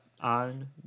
on